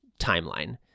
timeline